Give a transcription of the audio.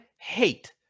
hate